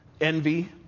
envy